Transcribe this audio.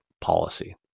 policy